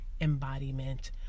embodiment